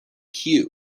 cue